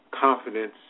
confidence